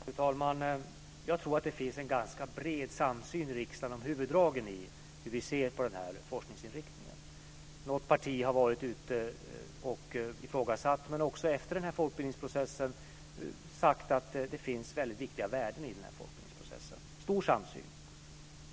Fru talman! Jag tror att det finns en ganska bred samsyn i riksdagen om huvuddragen i synen på den här forskningsinriktningen. Vårt parti har ifrågasatt denna inriktning, men efter folkbildningsprocessen har vi sagt att det finns väldigt viktiga värden i den.